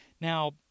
Now